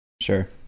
sure